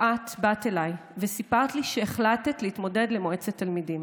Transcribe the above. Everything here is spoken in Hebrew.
את באת אליי וסיפרת לי שהחלטת להתמודד למועצת תלמידים.